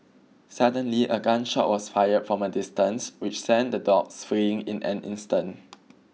suddenly a gun shot was fired from a distance which sent the dogs fleeing in an instant